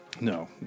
No